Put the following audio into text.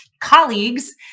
colleagues